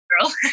girl